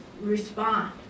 respond